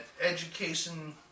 education